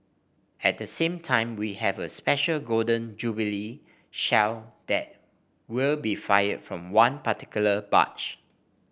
at the same time we have a special Golden Jubilee shell that will be fired from one particular barge